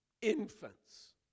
infants